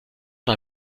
mal